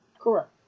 Correct